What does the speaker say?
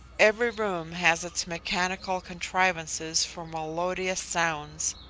every room has its mechanical contrivances for melodious sounds,